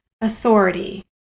authority